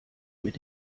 mit